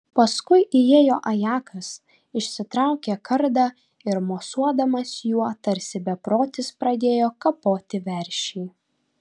paskui įėjo ajakas išsitraukė kardą ir mosuodamas juo tarsi beprotis pradėjo kapoti veršį